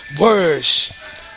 words